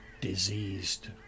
diseased